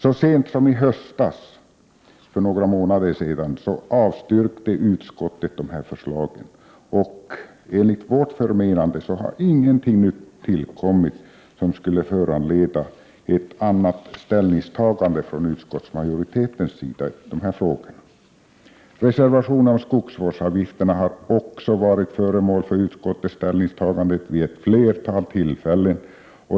Så sent som i höstas, alltså för några månader sedan, avstyrkte utskottet dessa förslag, och enligt vårt förmenande har ingenting nytt tillkommit som skulle föranleda ett annat ställningstagande från utskottsmajoriteten i dessa frågor. Skogsvårdsavgiften har också varit föremål för ställningstagande vid ett flertal tillfällen.